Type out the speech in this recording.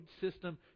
system